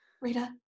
rita